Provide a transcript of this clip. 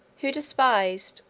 who despised,